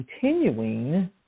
continuing